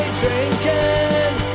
drinking